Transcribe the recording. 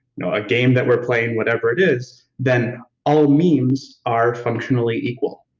a game that we're playing, whatever it is, then all memes are functionally equal.